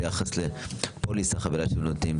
ביחס לפוליסה שהם נותנים.